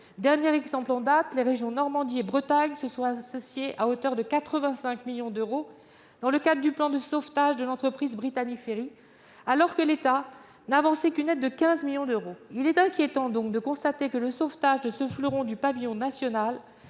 locaux. Ainsi, les régions Normandie et Bretagne se sont associées à hauteur de 85 millions d'euros au plan de sauvetage de l'entreprise Brittany Ferries, alors que l'État n'a avancé qu'une aide de 15 millions d'euros. Il est inquiétant de constater que le sauvetage de ce fleuron du pavillon national,